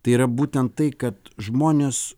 tai yra būtent tai kad žmonės